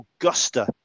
augusta